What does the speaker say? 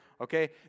Okay